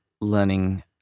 learning